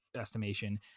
estimation